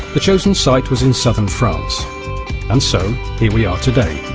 the chosen site was in southern france. and so here we are today,